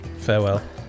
Farewell